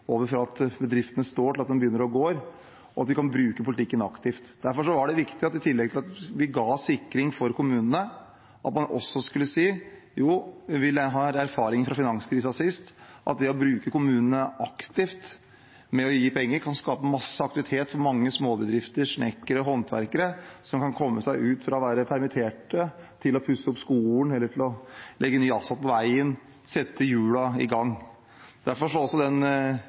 over fra permittering, over fra at bedriftene står, til at de begynner å gå, og at vi kan bruke politikken aktivt. Derfor var det viktig at i tillegg til at vi ga sikring for kommunene, skulle man også si: Jo, vi har den erfaringen, fra finanskrisen sist, at ved å bruke kommunene aktivt ved å gi penger kan vi skape masse aktivitet for mange småbedrifter, snekkere og håndverkere, som kan komme seg ut fra å være permittert til å pusse opp skolen eller legge ny asfalt på veien, sette hjulene i gang. Derfor er også den